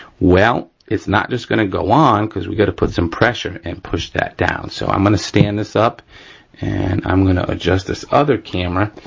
well, it's not just gonna go on cause we gotta put some pressure and push that down. so, i'm gonna stand this up and i'm gonna adjust this other camera